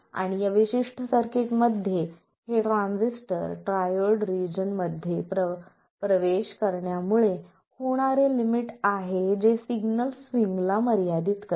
आणि या विशिष्ट सर्किटमध्ये हे ट्रांझिस्टर ट्रायोड रिजन प्रवेश मध्ये करण्यामुळे होणारे लिमिट आहे जे सिग्नल स्विंगला मर्यादित करते